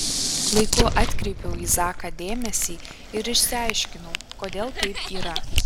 laiku atkreipiau į zaką dėmesį ir išsiaiškinau kodėl taip yra